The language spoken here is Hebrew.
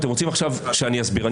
עכשיו שאני אסביר?